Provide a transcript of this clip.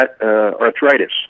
arthritis